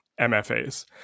MFAs